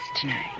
tonight